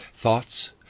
thoughts